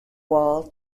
wall